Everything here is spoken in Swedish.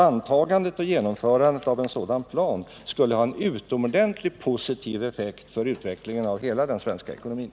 Antagandet och genomförandet av en sådan plan skulle ha en utomordentligt positiv effekt för utvecklingen av hela den svenska ekonomin.